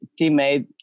teammate